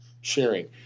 sharing